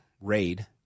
raid